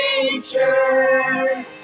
nature